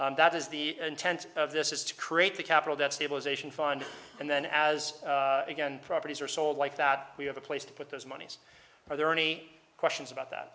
station that is the intent of this is to create the capital that stabilization fund and then as again properties are sold like that we have a place to put those monies are there any questions about that